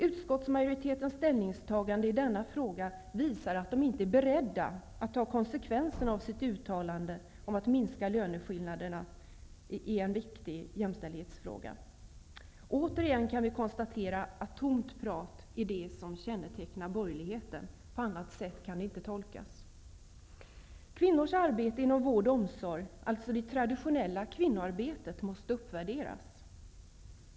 Utskottsmajoritetens ställningstagande i denna fråga visar att de inte är beredda att ta konsekvenserna av sitt uttalande om att minskade löneskillnader är en viktig jämställdhetsfråga. Återigen kan vi konstatera att tomt prat är det som kännetecknar borgerligheten. På annat sätt kan detta inte tolkas. Kvinnors arbete inom vård och omsorg, dvs. det traditionella kvinnoarbetet, måste uppvärderas.